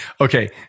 Okay